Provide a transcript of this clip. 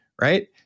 right